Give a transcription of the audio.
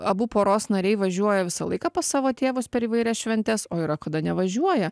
abu poros nariai važiuoja visą laiką pas savo tėvus per įvairias šventes o yra kada nevažiuoja